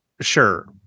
sure